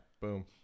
boom